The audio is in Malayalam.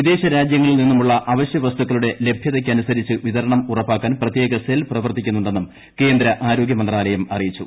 വിദേശരാജൃങ്ങളിൽ നിന്നുമുള്ള അവശ്യവസ്തുക്കളുടെ ലഭ്യതയ്ക്കനുസരിച്ച് വിതരണം ഉറപ്പാക്കാൻ പ്രത്യേക സെൽ പ്രവർത്തിക്കുന്നുണ്ടെന്നും കേന്ദ്ര ആരോഗ്യമന്ത്രാലയം അറിയിച്ചു